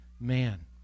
man